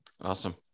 Awesome